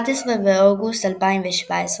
לפי תקנות